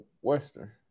Western